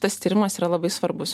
tas tyrimas yra labai svarbus